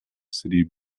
city